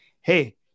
hey